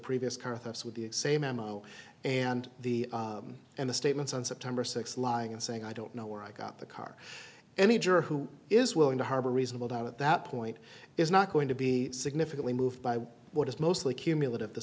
previous car theft with the same ammo and the and the statements on september sixth lying and saying i don't know where i got the car any juror who is willing to harbor reasonable doubt at that point is not going to be significantly moved by what is mostly cumulative t